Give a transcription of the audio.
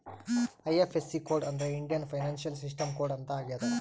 IFSC code ಅಂದ್ರೆ Indian financial system code ಅಂತ ಆಗ್ಯದ